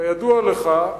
כידוע לך,